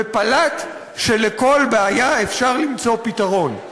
ופלט שלכל בעיה אפשר למצוא פתרון.